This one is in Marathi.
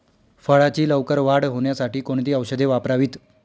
फळाची लवकर वाढ होण्यासाठी कोणती औषधे वापरावीत?